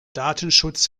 datenschutz